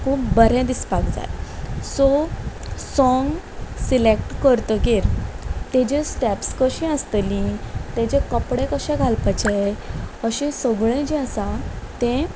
खूब बरें दिसपाक जाय सो सोंग सिलेक्ट करतकच ताज्यो स्टेप्स कशी आसतली तेजे कपडे कशे घालपाचे अशें सगळें जें आसा तें